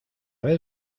vez